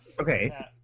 Okay